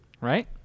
right